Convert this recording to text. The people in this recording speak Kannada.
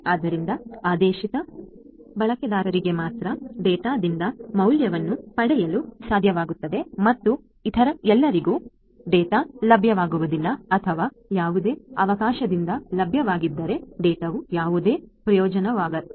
ಆದ್ದರಿಂದ ಉದ್ದೇಶಿತ ಬಳಕೆದಾರರಿಗೆ ಮಾತ್ರ ಡೇಟಾದಿಂದ ಮೌಲ್ಯವನ್ನು ಪಡೆಯಲು ಸಾಧ್ಯವಾಗುತ್ತದೆ ಮತ್ತು ಇತರ ಎಲ್ಲರಿಗೂ ಡೇಟಾ ಲಭ್ಯವಾಗುವುದಿಲ್ಲ ಅಥವಾ ಯಾವುದೇ ಅವಕಾಶದಿಂದ ಲಭ್ಯವಾಗಿದ್ದರೆ ಡೇಟಾವು ಯಾವುದೇ ಪ್ರಯೋಜನವಾಗುವುದಿಲ್ಲ